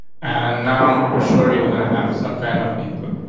and now for sure you're gonna have some kind of input?